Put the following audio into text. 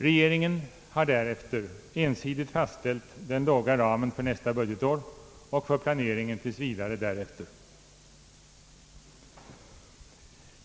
Regeringen har sedan ensidigt fastställt den låga ramen för nästa budgetår och för planeringen tills vidare därefter.